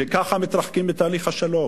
שככה מתרחקים מתהליך השלום.